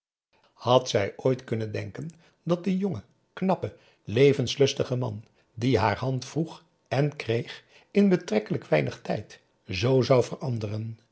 had zij ooit kunnen denken dat de jonge knappe levenslustige man die haar hand vroeg en kreeg in betrekkelijk weinig tijd z zou veranderen